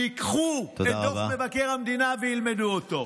שייקחו את דוח מבקר המדינה וילמדו אותו.